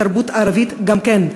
התרבות הערבית גם כן.